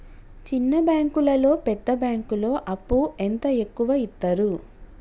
చిన్న బ్యాంకులలో పెద్ద బ్యాంకులో అప్పు ఎంత ఎక్కువ యిత్తరు?